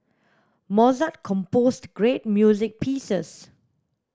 Mozart composed great music pieces